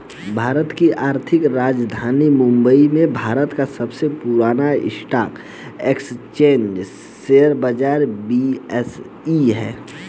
भारत की आर्थिक राजधानी मुंबई में भारत का सबसे पुरान स्टॉक एक्सचेंज शेयर बाजार बी.एस.ई हैं